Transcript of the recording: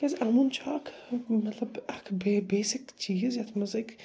کیٛازِ اَمُن چھُ اَکھ مطلب اَکھ بے بیٚسِک چیٖز یَتھ منٛز أکۍ